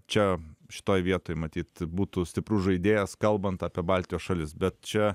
čia šitoj vietoj matyt būtų stiprus žaidėjas kalbant apie baltijos šalis bet čia